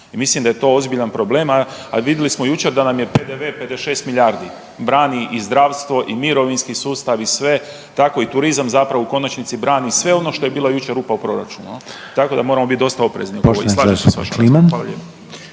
Mislim da je to ozbiljan problem, a vidjeli smo jučer da nam je PDV-e 56 milijardi … zdravstvo, mirovinski sustav i sve, tako i turizam. Zapravo u konačnici brani sve ono što je bilo jučer u proračunu tako da moramo biti dosta oprezni